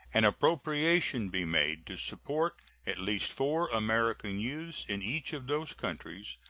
an appropriation be made to support at least four american youths in each of those countries,